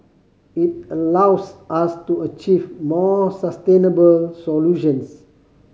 it allows us to achieve more sustainable solutions